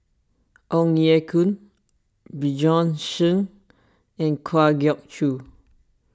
Ong Ye Kung Bjorn Shen and Kwa Geok Choo